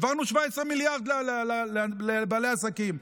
העברנו 17 מיליארד לבעלי עסקים.